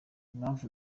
impamvu